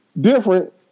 different